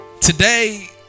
Today